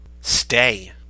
stay